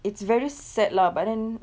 it's very sad lah but then